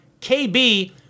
KB